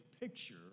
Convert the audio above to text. picture